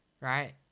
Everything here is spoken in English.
right